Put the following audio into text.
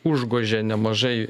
užgožė nemažai